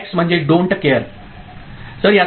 x म्हणजे don't care काळजी न घेता